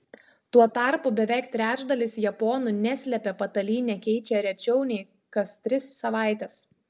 tuo tarpu beveik trečdalis japonų neslėpė patalynę keičią rečiau nei kas tris savaites